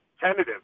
tentative